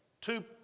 two